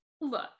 look